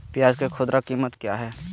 प्याज के खुदरा कीमत क्या है?